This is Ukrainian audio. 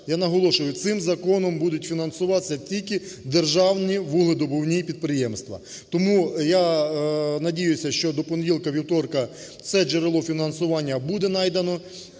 Я наголошую, цим законом будуть фінансуватися тільки державні вугледобувні підприємства. Тому я надіюся, що до понеділка-вівторка це джерело фінансування буде знайдено.